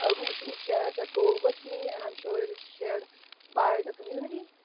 ah who shares that goal with me, and i'm sure it is shared by the community.